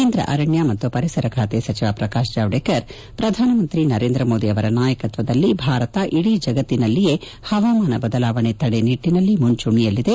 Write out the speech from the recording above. ಕೇಂದ್ರ ಅರಣ್ಯ ಮತ್ತು ಪರಿಸರ ಸಚಿವ ಪ್ರಕಾಶ್ ಜಾವಡೇಕರ್ ಪ್ರಧಾನಮಂತ್ರಿ ನರೇಂದ್ರ ಮೋದಿ ಅವರ ನಾಯಕತ್ವದಲ್ಲಿ ಭಾರತ ಇಡೀ ಜಗತ್ತಿನಲ್ಲಿಯೇ ಹವಾಮಾನ ಬದಲಾವಣೆ ತಡೆ ನಿಟ್ಟಿನಲ್ಲಿ ಮುಂಚೂಣಿಯಲ್ಲಿದೆ